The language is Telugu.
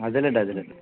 అదేలెండి అదేలెండి